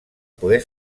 poder